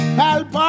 help